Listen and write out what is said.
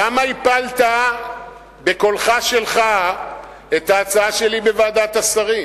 למה הפלת בקולך שלך את ההצעה שלי בוועדת השרים?